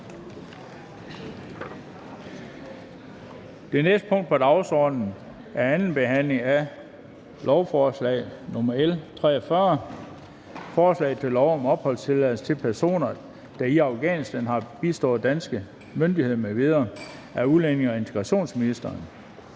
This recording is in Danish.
Det næste punkt på dagsordenen er: 7) 2. behandling af lovforslag nr. L 43: Forslag til lov om midlertidig opholdstilladelse til personer, der i Afghanistan har bistået danske myndigheder m.v. Af udlændinge- og integrationsministeren